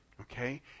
Okay